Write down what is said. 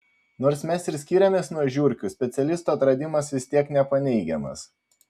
nors mes ir skiriamės nuo žiurkių specialistų atradimas vis tiek nepaneigiamas